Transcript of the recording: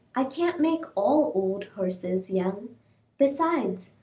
i can't make all old horses young besides,